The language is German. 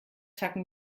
tacken